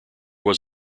was